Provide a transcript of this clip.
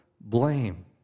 blame